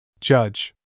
Judge